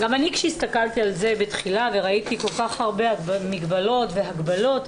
גם אני כשהסתכלתי על זה בתחילה וראיתי כל כך הרבה מגבלות והגבלות,